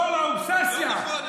לא נכון.